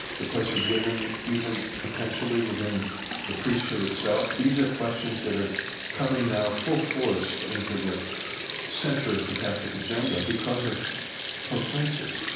the place of women even potentially within the priesthood itself. these are questions that are coming now full force into the centre of the catholic agenda because of pope francis.